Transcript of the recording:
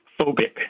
phobic